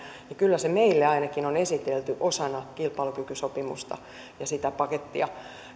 ja kyllä se meille ainakin on esitelty osana kilpailukykysopimusta ja sitä pakettia